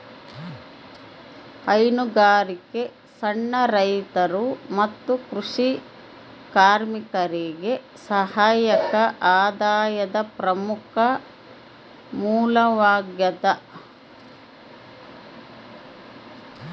ಹೈನುಗಾರಿಕೆ ಸಣ್ಣ ರೈತರು ಮತ್ತು ಕೃಷಿ ಕಾರ್ಮಿಕರಿಗೆ ಸಹಾಯಕ ಆದಾಯದ ಪ್ರಮುಖ ಮೂಲವಾಗ್ಯದ